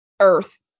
Earth